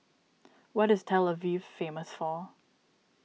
what is Tel Aviv famous for